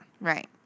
Right